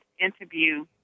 interview